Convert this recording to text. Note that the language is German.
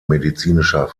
medizinischer